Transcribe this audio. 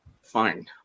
fine